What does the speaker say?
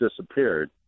disappeared